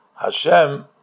Hashem